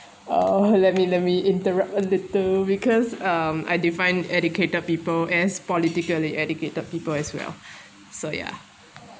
oh let me let me interrupt a little because um I define educated people as politically educated people as well so ya